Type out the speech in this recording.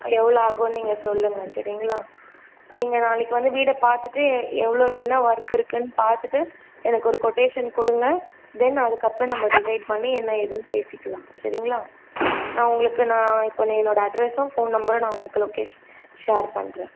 எவ்வளோ ஆகும் நீங்கள் சொல்லுங்க சரிங்களா நீங்கள் நாளைக்கு வந்து வீடை பார்த்துட்டு எவ்வளோ என்ன ஒர்க் இருக்குது பார்த்துட்டு எனக்கு ஒரு கொட்டேஷன் கொடுங்க தென் அதுக்கப்புறம் நம்ம டிசைட் பண்ணி என்ன ஏதுன்னு பேசிக்கலாம் சரிங்களா நான் உங்களுக்கு நான் இப்போது என்னோடய அட்ரஸ்சும் ஃபோன் நம்பரும் நான் உங்களுக்கு லொக்கேஷன் ஷேர் பண்ணுறேன்